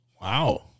Wow